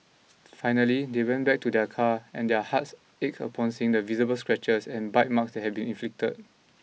finally they went back to their car and their hearts ached upon seeing the visible scratches and bite marks that had been inflicted